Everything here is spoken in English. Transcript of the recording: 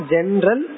General